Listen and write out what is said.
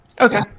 Okay